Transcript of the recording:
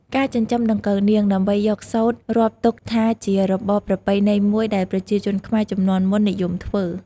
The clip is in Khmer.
ការចិញ្ចឹមដង្កូវនាង ដើម្បីយកសូត្ររាប់ទុកថាជារបរប្រពៃណីមួយដែលប្រជាជនខ្មែរជំនាន់មុននិយមធ្វើ។